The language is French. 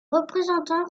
représentants